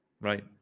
Right